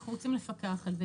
אנחנו רוצים לפקח על זה,